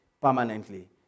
permanently